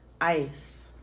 ice